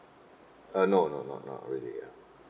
uh no no not not really ya